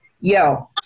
yo